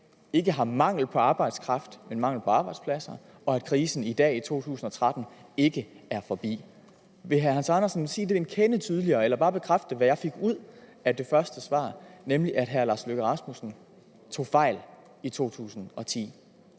ikke har mangel på arbejdskraft, men mangel på arbejdspladser, og at krisen i dag, i 2013, ikke er forbi. Vil hr. Hans Andersen sige det en kende tydeligere eller bare bekræfte, hvad jeg fik ud af det første svar, nemlig at hr. Lars Løkke Rasmussen tog fejl i 2010?